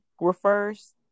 refers